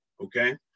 okay